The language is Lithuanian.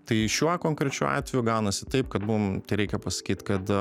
tai šiuo konkrečiu atveju gaunasi taip kad buvom tereikia pasakyt kad